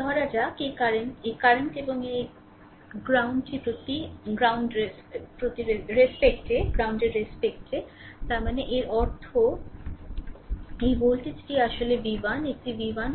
ধরা যাক এই কারেন্ট কারেন্ট এবং এটি গ্রাউন্ডের রেস্পেক্টে তার মানে এর অর্থ এই ভোল্টেজটি আসলে v 1 এটি v 1